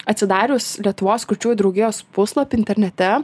atsidarius lietuvos kurčiųjų draugijos puslapį internete